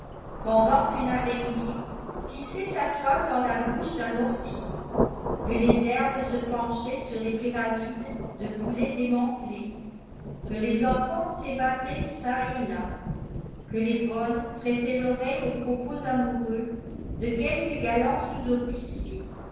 pendant qu'une araignée tissait sa toile dans la bouche d'un mortier que les herbes se penchaient sur les pyramides de boulets démantelées que les enfants s'ébattaient çà et là que les bonnes prêtaient l'oreille aux propos amoureux de quelques galants sous-officiers